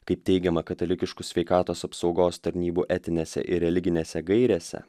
kaip teigiama katalikiškų sveikatos apsaugos tarnybų etinėse ir religinėse gairėse